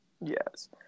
Yes